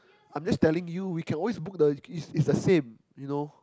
I'm just telling you we can always book the it's it's the same you know